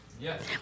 Yes